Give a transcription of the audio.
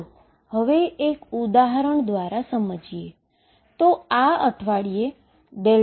જે Ae2mE2x અથવા x0 હોય